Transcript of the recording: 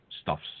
stuffs